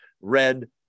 red